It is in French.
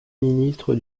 ministre